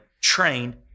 trained